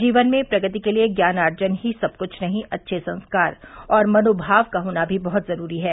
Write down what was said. जीवन में प्रगति के लिए ज्ञानार्जन ही सब कुछ नहीं अच्छे संस्कार और मनोमाव का होना भी बहत जरूरी है